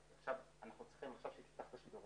סך הכול החזיר המבוית דומה מאוד לחזיר הבר,